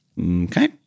Okay